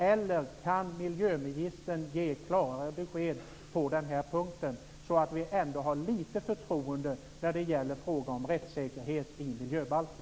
Eller kan miljöministern ge klarare besked på den här punkten så att vi kan ha litet förtroende för rättssäkerheten i miljöbalken?